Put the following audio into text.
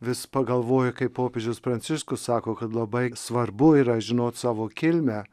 vis pagalvoju kaip popiežius pranciškus sako kad labai svarbu yra žinot savo kilmę